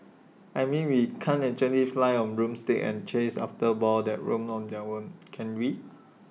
I mean we can't actually fly on broomsticks and chase after balls that roam on their own can we